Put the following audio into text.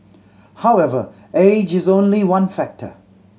however age is only one factor